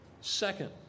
Second